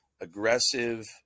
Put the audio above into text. aggressive